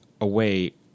away